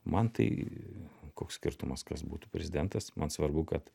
man tai koks skirtumas kas būtų prezidentas man svarbu kad